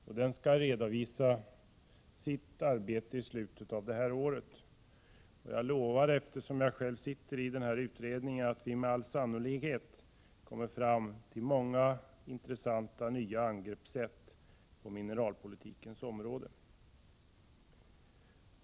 Utredningen skall redovisa sitt arbete i slutet av detta år. Jag sitter själv med i utredningen. Därför kan jag lova att vi i utredningen med all sannolikhet skall kunna komma fram till många intressanta, nya angreppssätt på mineralpolitikens område.